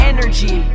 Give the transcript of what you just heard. Energy